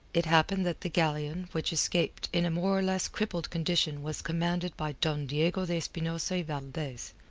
it happened that the galleon which escaped in a more or less crippled condition was commanded by don diego de espinosa y valdez,